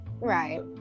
Right